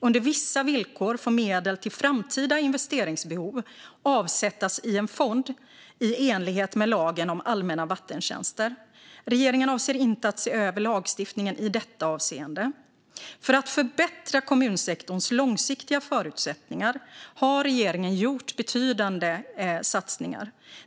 Under vissa villkor får medel till framtida investeringsbehov avsättas till en fond i enlighet med lagen om allmänna vattentjänster. Regeringen avser inte att se över lagstiftningen i detta avseende. För att förbättra kommunsektorns långsiktiga förutsättningar har regeringen gjort betydande satsningar.